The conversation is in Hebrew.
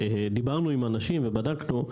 דיברנו עם אנשים ובדקנו,